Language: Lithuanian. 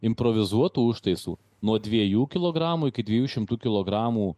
improvizuotų užtaisų nuo dviejų kilogramų iki dviejų šimtų kilogramų